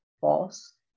false